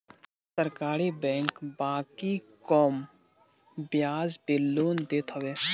सरकारी बैंक बाकी कम बियाज पे लोन देत हवे